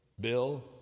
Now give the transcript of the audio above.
Bill